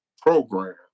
program